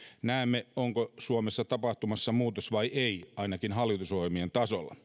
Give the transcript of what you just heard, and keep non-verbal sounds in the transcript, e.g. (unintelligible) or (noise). näemme onko suomessa tapahtumassa muutos vai ei ainakin hallitusohjelmien tasolla (unintelligible)